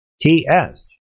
TS